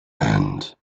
and